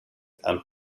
and